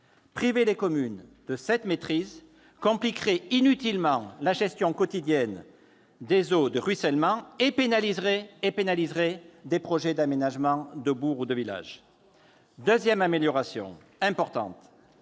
Priver les communes de cette maîtrise compliquerait inutilement la gestion quotidienne des eaux de ruissellement et pénaliserait les projets d'aménagement de bourgs ou de villages. Seconde amélioration importante,